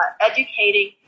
Educating